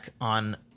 on